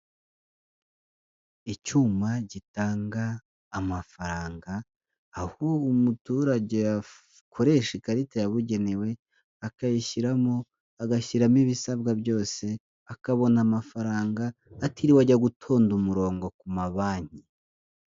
Icyuma gitanga amafaranga, aho umuturage akoresha ikarita yabugenewe akayishyiramo, agashyiramo ibisabwa byose, akabona amafaranga, atiriwe ajya gutunda umurongo ku mabanki.